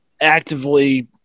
Actively